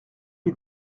lui